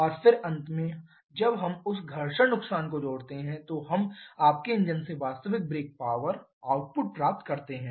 और फिर अंत में जब हम उस घर्षण नुकसान को जोड़ते हैं तो हम आपके इंजन से वास्तविक ब्रेक पावर आउटपुट प्राप्त करते हैं